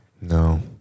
No